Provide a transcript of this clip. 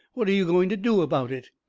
what are you going to do about it?